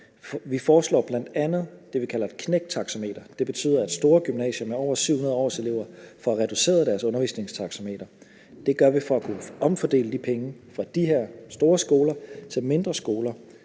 Vi foreslår bl.a. det, vi kalder et knæktaxameter. Det betyder, at store gymnasier med over 700 årselever får reduceret deres undervisningstaxameter. Det gør vi for at kunne omfordele de penge fra de her store skoler til nogle mindre skole,